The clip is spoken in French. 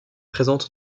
présente